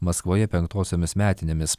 maskvoje penktosiomis metinėmis